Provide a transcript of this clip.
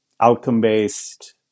outcome-based